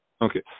okay